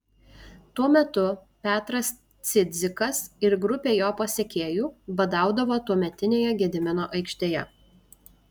tuo metu petras cidzikas ir grupė jo pasekėjų badaudavo tuometinėje gedimino aikštėje